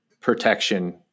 protection